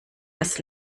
das